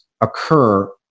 occur